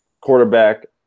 quarterback